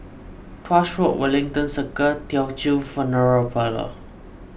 Tuas Road Wellington Circle Teochew Funeral Parlour